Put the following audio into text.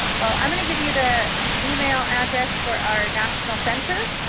well i'm gonna give you the email address for our national center,